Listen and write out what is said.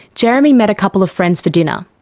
jeremy met a couple of friends for dinner.